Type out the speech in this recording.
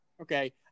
okay